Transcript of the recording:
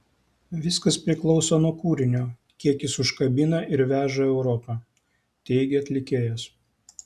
viskas priklauso nuo kūrinio kiek jis užkabina ir veža europa teigė atlikėjas